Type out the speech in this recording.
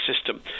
system